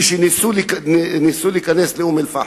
שניסו להיכנס לאום-אל-פחם,